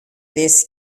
this